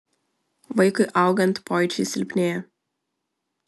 vaikui augant pojūčiai silpnėja